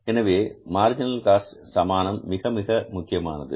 எனவே marginal cost சமானம் மிக மிக முக்கியமானது